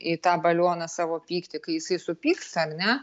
į tą balioną savo pyktį kai jisai supyksta ar ne